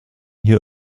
hier